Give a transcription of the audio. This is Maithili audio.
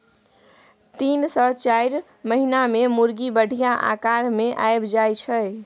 तीन सँ चारि महीना मे मुरगी बढ़िया आकार मे आबि जाइ छै